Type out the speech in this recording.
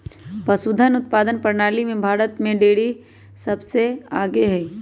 पशुधन उत्पादन प्रणाली में भारत में डेरी सबसे आगे हई